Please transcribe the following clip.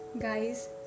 Guys